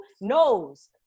knows